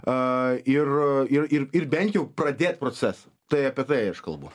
a ir ir ir ir bent jau pradėt procesą tai apie tai aš kalbu